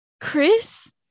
chris